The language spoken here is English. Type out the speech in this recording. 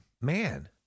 Man